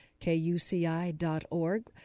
KUCI.org